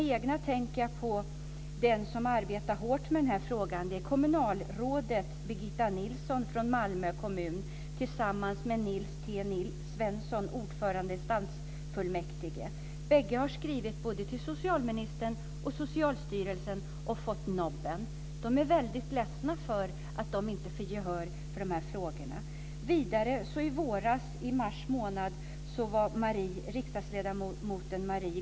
Då tänker jag på dem som arbetar hårt med frågan, nämligen kommunalrådet Birgitta Nilsson från Malmö kommun och Nils T Svensson, ordförande i stadsfullmäktige. Bägge har skrivit både till socialministern och till Socialstyrelsen men fått nobben. De är väldigt ledsna över att inte ha fått gehör för de här sakerna.